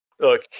Look